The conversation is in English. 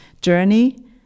journey